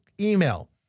email